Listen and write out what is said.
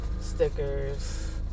Stickers